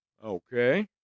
Okay